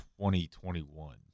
2021